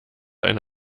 eine